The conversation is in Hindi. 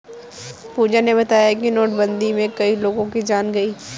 पूजा ने बताया कि नोटबंदी में कई लोगों की जान गई